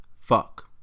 Fuck